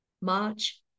March